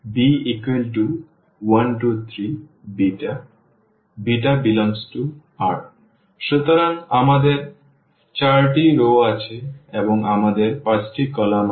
b1 2 3 ∈R সুতরাং আমাদের 4 টি রও আছে এবং আমাদের 5 টি কলাম আছে